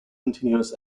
continuous